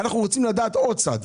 אנחנו רוצים לדעת עוד צד.